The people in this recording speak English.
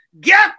Get